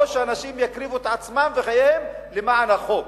או שאנשים יקריבו את עצמם וחייהם למען החוק?